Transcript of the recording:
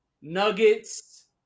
nuggets